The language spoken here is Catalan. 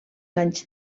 anys